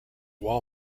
wall